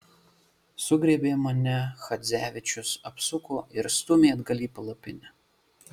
sugriebė mane chadzevičius apsuko ir stūmė atgal į palapinę